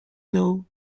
know